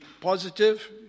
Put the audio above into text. positive